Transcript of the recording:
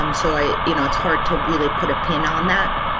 um so i, you know, it's hard to really put a pin on that